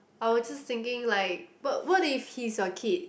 I was just thinking like what what if he's your kid